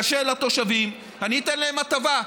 קשה לתושבים, אני אתן להם הטבה.